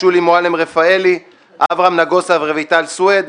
שולי מועלם-רפאלי, אברהם נגוסה ורויטל סויד.